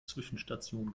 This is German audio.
zwischenstation